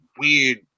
weird